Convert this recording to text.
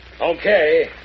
Okay